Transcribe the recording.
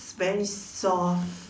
very soft